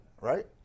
right